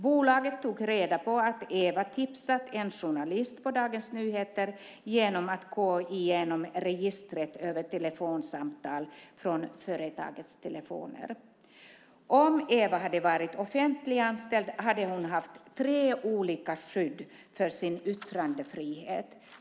Bolaget tog reda på att Eva tipsat en journalist på Dagens Nyheter genom att gå igenom registret över telefonsamtal från företagets telefoner. Om Eva hade varit offentliganställd hade hon haft tre olika skydd för sin yttrandefrihet.